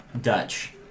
Dutch